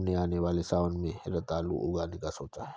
हमने आने वाले सावन में रतालू उगाने का सोचा है